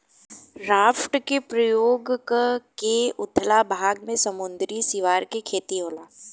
raft के प्रयोग क के उथला भाग में समुंद्री सिवार के खेती होला